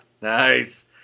Nice